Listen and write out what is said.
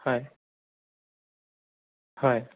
হয় হয়